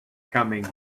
coming